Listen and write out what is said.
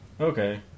okay